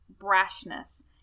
brashness